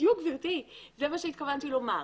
בדיוק, גברתי, זה מה שהתכוונתי לומר.